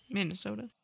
Minnesota